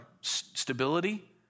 stability